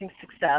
success